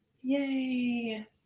Yay